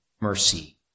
mercy